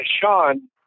Sean